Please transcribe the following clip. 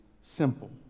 simple